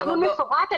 תכנון מפורט,